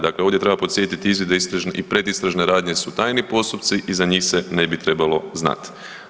Dakle, ovdje treba podsjetiti izvidi i predistražne radnje su tajni postupci i za njih se ne bi trebalo znati.